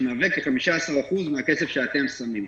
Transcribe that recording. שמהווה כ-15% מהכסף שאתם שמים.